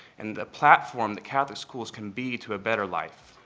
and the platform that catholic schools can be to a better life.